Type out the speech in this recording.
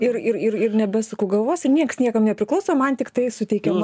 ir ir ir ir nebesuku galvos ir nieks niekam nepriklauso man tiktai suteikima